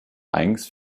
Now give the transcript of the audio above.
eigens